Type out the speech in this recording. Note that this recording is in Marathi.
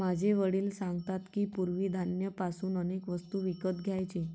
माझे वडील सांगतात की, पूर्वी धान्य पासून अनेक वस्तू विकत घ्यायचे